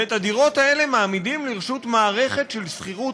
ואת הדירות האלה מעמידים לרשות מערכת של שכירות